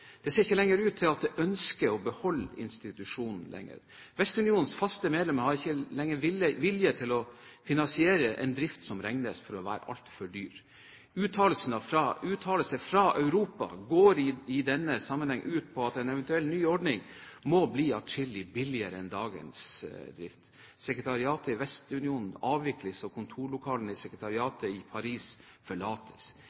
Det ser ikke lenger ut til at det er et ønske om å beholde institusjonen. Vestunionens faste medlemmer har ikke lenger vilje til å finansiere en drift som regnes for å være altfor dyr. Uttalelser fra Europa går i denne sammenheng ut på at en eventuell ny ordning må bli atskillig billigere enn dagens drift. Sekretariatet i Vestunionen avvikles, og kontorlokalene